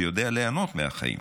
ויודע ליהנות מהחיים.